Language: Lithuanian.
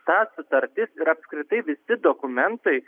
ta sutartis ir apskritai visi dokumentai